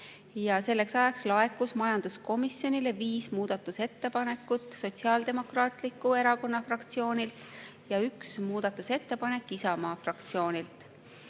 Selleks ajaks laekus majanduskomisjonile viis muudatusettepanekut Sotsiaaldemokraatliku Erakonna fraktsioonilt ja üks muudatusettepanek Isamaa fraktsioonilt. Eelnõu